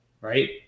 right